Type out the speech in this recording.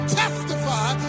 testify